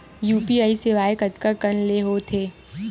UPI सेवाएं कतका कान ले हो थे?